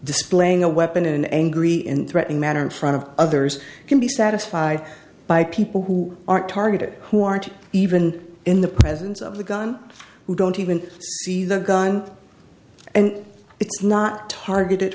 displaying a weapon in an angry and threatening manner in front of others can be satisfied by people who aren't targeted who aren't even in the presence of the gun who don't even see the gun and it's not targeted